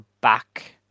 back